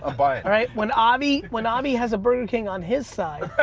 ah buyin'. when avi when avi has a burger king on his side.